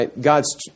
God's